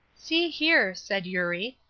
see here, said eurie,